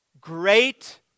great